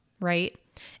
right